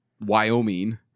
Wyoming